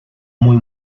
muy